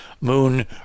moon